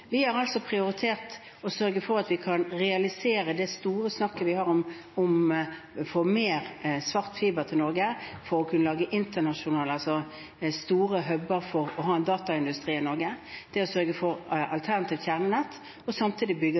Vi har prioritert å sørge for at vi kan realisere det store snakket om å få mer svart fiber til Norge for å kunne etablere store internasjonale hub-er for å ha dataindustri i Norge, å sørge for et alternativt kjernenett, og samtidig